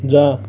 जा